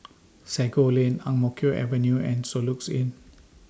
Sago Lane Ang Mo Kio Avenue and Soluxe Inn